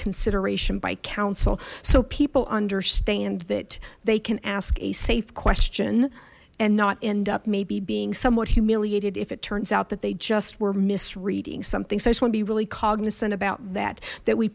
consideration by counsel so people understand that they can ask a safe question and not end up maybe being somewhat humiliated if it turns out that they just were miss reading something so i want to be really cognizant about that that we